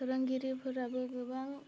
फोरोंगिरिफोराबो गोबां